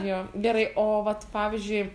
jo gerai o vat pavyzdžiui